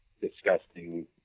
disgusting